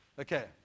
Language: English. Okay